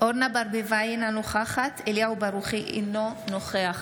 אורנה ברביבאי, אינה נוכחת אליהו ברוכי, אינו נוכח